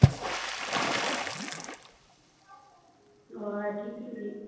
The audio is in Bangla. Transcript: ও ঠিকই